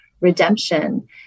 redemption